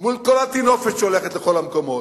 מול כל הטינופת שהולכת לכל המקומות,